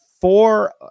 four